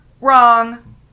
Wrong